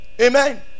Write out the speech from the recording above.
amen